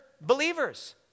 believers